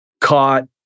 caught